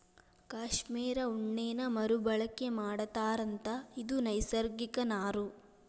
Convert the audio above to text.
cashmere ಉಣ್ಣೇನ ಮರು ಬಳಕೆ ಮಾಡತಾರಂತ ಇದು ನೈಸರ್ಗಿಕ ನಾರು